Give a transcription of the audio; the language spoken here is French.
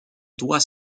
doigt